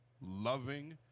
loving